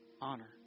Honor